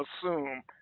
assume